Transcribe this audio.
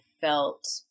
felt